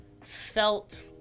felt